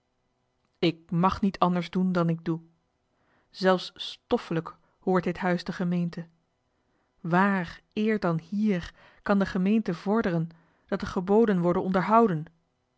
ik mag niet anders doen dan ik doe zelfs stoffelijk hoort dit huis de gemeente waar eer dan hier kan johan de meester de zonde in het deftige dorp de gemeente vorderen dat de geboden worden onderhouden